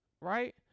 right